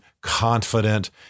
confident